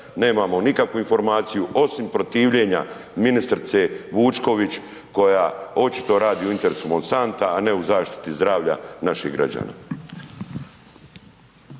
nemamo nikakvu informaciju osim protivljenja ministrice Vučković koja očito radi u interesu Monsanta, a ne u zaštiti zdravlja naših građana.